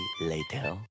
later